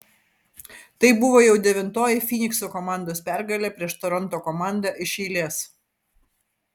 tai buvo jau devintoji fynikso komandos pergalė prieš toronto komandą iš eilės